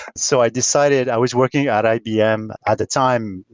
so i decided i was working at ibm at the time,